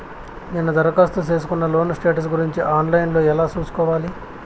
నేను దరఖాస్తు సేసుకున్న లోను స్టేటస్ గురించి ఆన్ లైను లో ఎలా సూసుకోవాలి?